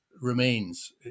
remains